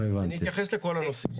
אני אתייחס לכל זה.